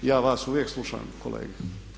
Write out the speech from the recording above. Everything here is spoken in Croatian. Ja vas uvijek slušam kolege.